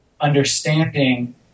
understanding